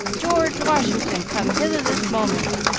george washington, come hither this moment!